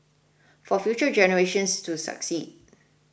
for future generations to succeed